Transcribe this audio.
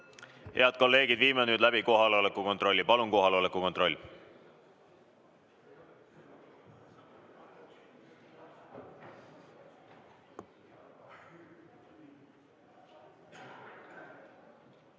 kolleegid, viime nüüd läbi kohaloleku kontrolli. Palun kohaloleku kontroll!